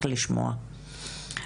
רבה, בוקר טוב.